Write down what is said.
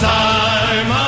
time